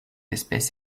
espèce